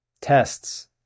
tests